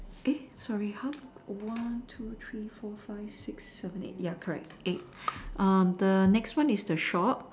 eh sorry how come one two three four five six seven eight ya correct eight um the next one is the shop